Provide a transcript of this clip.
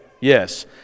yes